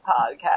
podcast